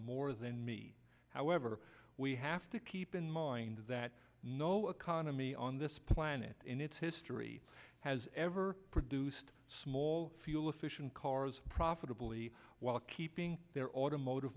more than me however we have to keep in mind that no economy on this planet in its history has ever produced small fuel efficient cars profitably while keeping their automotive